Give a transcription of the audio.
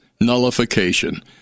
nullification